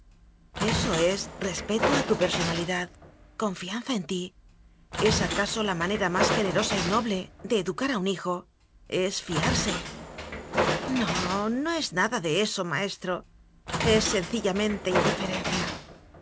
eso es respeto a tu personalidad con fianza en ti es acaso la manera más gene rosa y noble de educar a un hijo es fiarse no no es nada de eso maestro es sen cillamente indiferencia